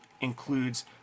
includes